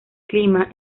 clima